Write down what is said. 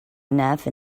enough